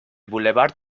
boulevard